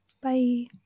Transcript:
Bye